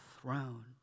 throne